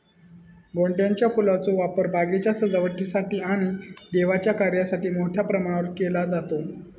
गोंड्याच्या फुलांचो वापर बागेच्या सजावटीसाठी आणि देवाच्या कार्यासाठी मोठ्या प्रमाणावर केलो जाता